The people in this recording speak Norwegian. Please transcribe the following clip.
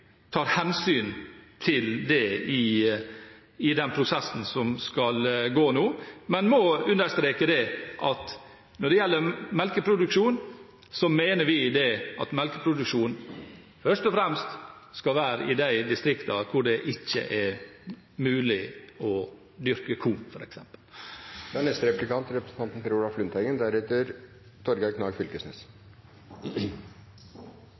tar hensyn til det i den prosessen som skal gå nå. Men når det gjelder melkeproduksjon, må jeg understreke at vi mener at den først og fremst skal skje i de distriktene hvor det ikke er mulig å dyrke korn, f.eks. Stortinget er